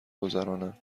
گذرانم